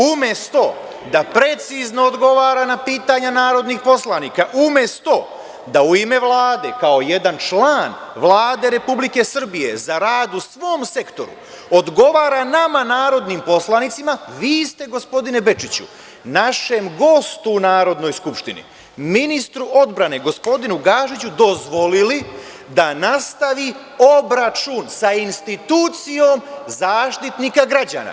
Umesto da precizno odgovara na pitanja narodnih poslanika, umesto da u ime Vlade, kao jedan član Vlade Republike Srbije za rad u svom sektoru odgovara nama narodnim poslanicima, vi ste gospodine Bečiću našem gostu u Narodnoj skupštini ministru odbrane, gospodinu Gašiću dozvolili da nastavi obračun sa institucijom Zaštitnika građana.